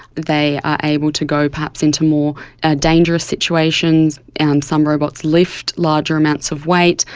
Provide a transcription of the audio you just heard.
they are able to go perhaps into more ah dangerous situations. and some robots lift larger amounts of weight,